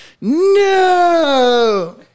No